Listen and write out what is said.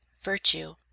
virtue